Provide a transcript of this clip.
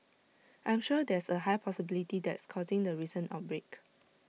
I'm sure there's A high possibility that's causing the recent outbreak